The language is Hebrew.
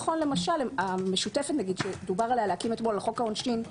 המשותפת שדובר אתמול על הקמתה בחוק העונשין,